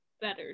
better